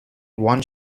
one